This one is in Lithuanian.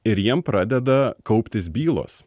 ir jiem pradeda kauptis bylos